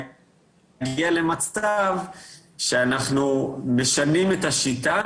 להגיע למצב שאנחנו משנים את השיטה,